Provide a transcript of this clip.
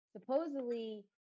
supposedly